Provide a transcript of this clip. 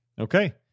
Okay